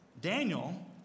Daniel